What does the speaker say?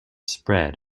spread